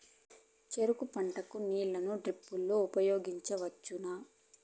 చెరుకు పంట కు నీళ్ళని డ్రిప్ లో ఉపయోగించువచ్చునా?